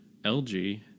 LG